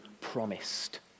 promised